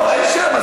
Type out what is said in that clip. לא, אין שאלה.